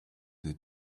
they